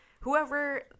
Whoever